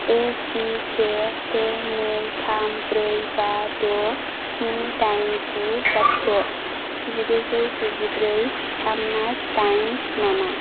एसिके से नै थाम ब्रै बा द' स्नि दाइन गु लाथिख' जिगुजौ गुजिब्रै थाम मास दाइन नामा